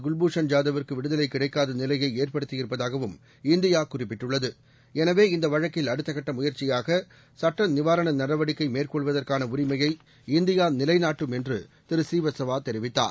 குவ்பூஷன் ஜாதவ்விற்கு விடுதலை கிடைக்காத நிலையை ஏற்படுத்தியிருப்பதாகவும் இந்தியா குறிப்பிட்டுள்ளது எனவே இந்த வழக்கில் அடுத்த கட்ட முயற்சியாக நிவாரண நடவடிக்கை மேற்கொள்வதற்கான உரிமையை இந்தியா நிலைநாட்டும் என்று ட்ட் திருப்ரீவத்சவா தெரிவித்தார்